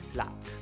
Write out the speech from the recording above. luck